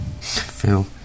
Phil